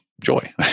joy